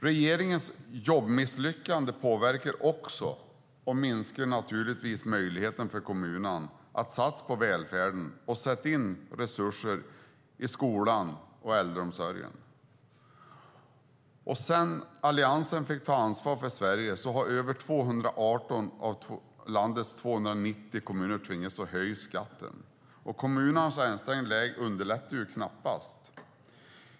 Regeringens jobbmisslyckande påverkar också, och det minskar naturligtvis möjligheterna för kommunerna att satsa på välfärden och sätta in resurser i skolan och äldreomsorgen. Sedan Alliansen fick ta ansvar för Sverige har över 218 av landets 290 kommuner tvingats höja skatten. Kommunernas ansträngda läge underlättar knappast.